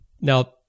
now